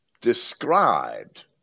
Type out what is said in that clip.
described